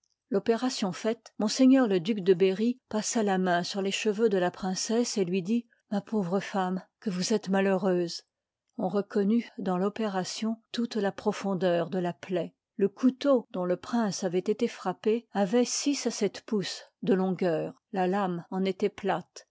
l'opération faite ms le duc de berry passa la main sur les cheveux de la princesse et lui dit ma pauvre femme que vous êtes malheureuse î on reconnut dans l'opération toute la profondeur de la plaie le couteau dont le prince avoit élc frappé avoit six à sept pouces de ion ft gueur la laine en étoit plate